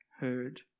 heard